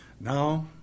now